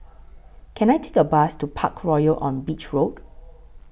Can I Take A Bus to Parkroyal on Beach Road